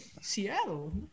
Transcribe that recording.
Seattle